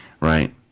right